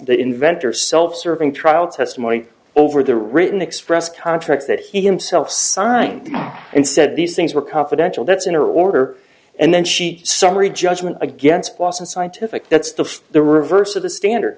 the inventor self serving trial testimony over the written express contracts that he himself signed and said these things were confidential that's inner order and then she summary judgment against boston scientific that's the the reverse of the standard